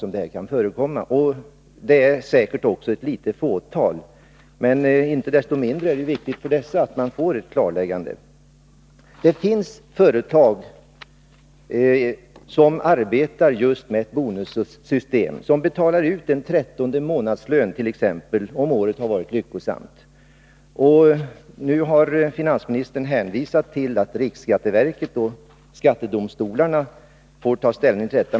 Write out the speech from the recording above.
Säkert rör det sig om ett litet fåtal. Icke desto mindre är det viktigt med ett klarläggande för dessa. Det finns företag som arbetar med bonussystem och som t.ex. betalar ut en trettonde månadslön, om årets verksamhet har varit lyckosam. Nu hänvisar finansministern till att riksskatteverket och domstolarna får ta ställning till detta.